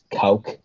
coke